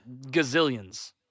gazillions